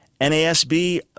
NASB